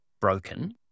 broken